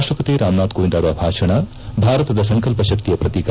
ರಾಷ್ಟಪತಿ ರಾಮನಾಥ್ ಕೋವಿಂದ್ ಅವರ ಭಾಷಣ ಭಾರತದ ಸಂಕಲ್ಪ ಶಕ್ತಿಯ ಪ್ರತೀಕ